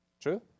true